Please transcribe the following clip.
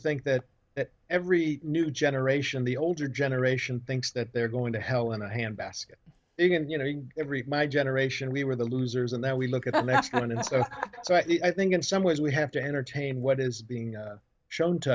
think that that every new generation the older generation thinks that they're going to hell in a handbasket again you know every my generation we were the losers and that we look at that mask on and so i think in some ways we have to entertain what is being shown to